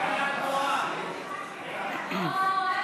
להשכלה גבוהה),